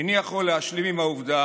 איני יכול להשלים עם העובדה